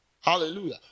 Hallelujah